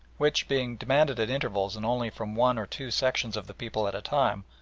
which, being demanded at intervals and only from one or two sections of the people at a time,